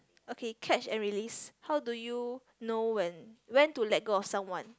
okay catch and release how do you know when when to let go of someone